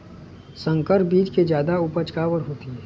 संकर बीज के जादा उपज काबर होथे?